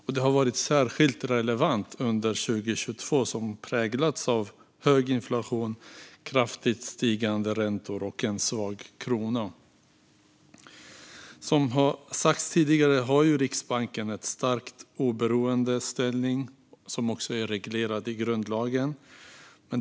Detta har varit särskilt relevant under 2022, som präglats av hög inflation, kraftigt stigande räntor och en svag krona. Som sagts tidigare har Riksbanken en starkt oberoende ställning, som är reglerad i grundlagen.